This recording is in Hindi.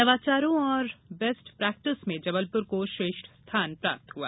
नवाचारों और बेस्ट प्रेक्टिस में जबलपुर को श्रेष्ठ स्थान प्राप्त हुआ